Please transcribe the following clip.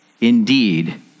Indeed